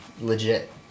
Legit